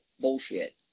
bullshit